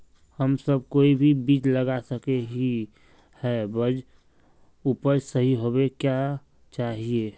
हम सब कोई भी बीज लगा सके ही है बट उपज सही होबे क्याँ चाहिए?